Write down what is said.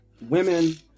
women